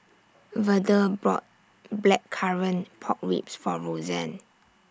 Verdell bought Blackcurrant Pork Ribs For Roseanne